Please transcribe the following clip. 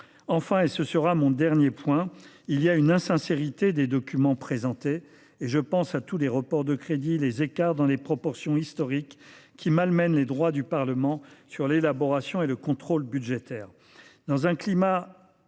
Enfin, et ce sera mon dernier point, il y a une insincérité des documents présentés : je pense à tous les reports de crédits et à tous les écarts, dans des proportions historiques, qui malmènent les droits du Parlement sur l’élaboration du budget et